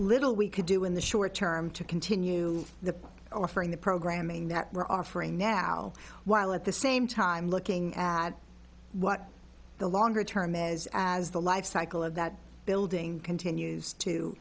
little we could do in the short term to continue the offering the programming that we're offering now while at the same time looking at what the longer term as as the life cycle of that building continues to